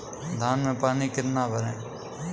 धान में पानी कितना भरें?